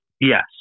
Yes